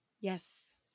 Yes